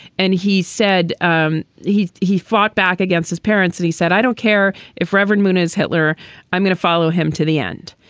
and he said um he he fought back against his parents and he said, i don't care if reverend moon is hitler i'm going to follow him to the end.